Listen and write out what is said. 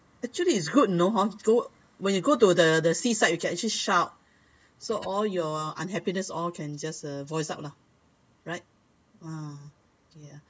actually it's good you know hor go when you go to the the seaside you can actually shout so all your unhappiness all can just uh voice out lah right ah